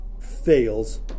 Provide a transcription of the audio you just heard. fails